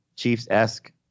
Chiefs-esque